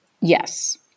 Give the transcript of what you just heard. Yes